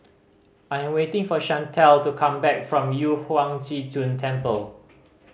I am waiting for Chantelle to come back from Yu Huang Zhi Zun Temple